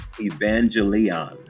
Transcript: evangelion